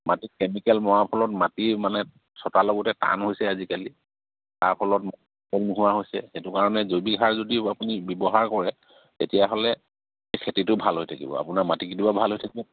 মাটিত কেমিকেল মৰাৰ ফলত মাটি মানে চোতালৰ দৰে টান হৈছে আজিকালি তাৰ ফলত নোহোৱা হৈছে সেইটো কাৰণে জৈৱিক সাৰ যদি আপুনি ব্যৱহাৰ কৰে তেতিয়াহ'লে খেতিটো ভাল হৈ থাকিব আপোনাৰ মাটিকেইডোবা ভাল হৈ থাকে